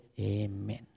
amen